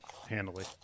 handily